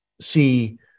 see